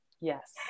Yes